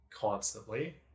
constantly